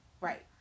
right